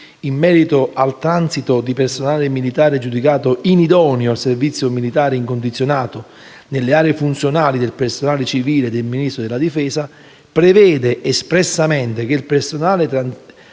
in merito al transito di personale militare giudicato inidoneo al servizio militare incondizionato nelle aree funzionali del personale civile del Ministero della difesa, prevede espressamente che il personale